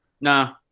Nah